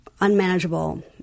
unmanageable